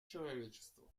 человечество